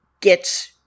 get